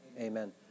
Amen